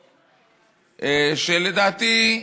שלדעתי,